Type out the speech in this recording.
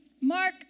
Mark